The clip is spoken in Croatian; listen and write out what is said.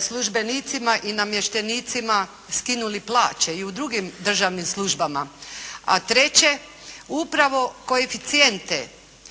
službenicima i namještenicima skinuli plaće i u drugim državnim službama. A treće, upravo koeficijente